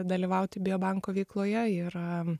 dalyvauti biobanko veikloje ir